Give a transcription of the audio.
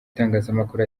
itangazamakuru